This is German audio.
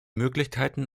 möglichkeiten